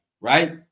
right